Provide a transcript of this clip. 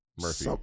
Murphy